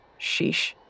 Sheesh